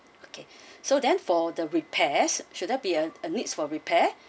okay so then for the repairs should there be a a need for repair